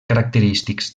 característics